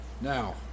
Now